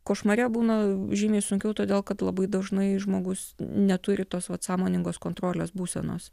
košmare būna žymiai sunkiau todėl kad labai dažnai žmogus neturi tos sąmoningos kontrolės būsenos